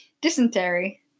Dysentery